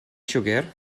siwgr